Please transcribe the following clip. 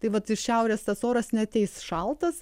tai vat iš šiaurės tas oras neateis šaltas